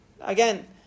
Again